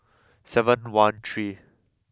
seven one three